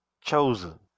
Chosen